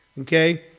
okay